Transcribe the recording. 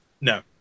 no